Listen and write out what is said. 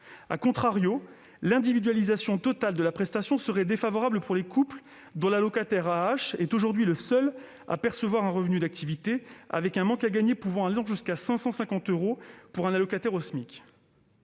à 720 euros., l'individualisation totale de la prestation serait défavorable pour les couples dont l'allocataire AAH est aujourd'hui le seul à percevoir un revenu d'activité- le manque à gagner pourrait aller jusqu'à 550 euros pour un allocataire au SMIC.